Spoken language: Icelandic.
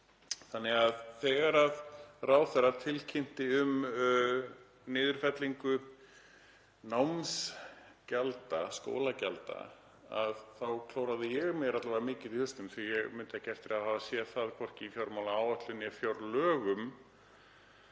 Þannig að þegar ráðherra tilkynnti um niðurfellingu námsgjalda, skólagjalda, þá klóraði ég mér alla vega mikið í hausnum því að ég mundi ekki eftir að hafa séð það, hvorki í fjármálaáætlun né fjárlögum,